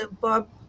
Bob